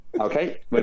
Okay